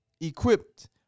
equipped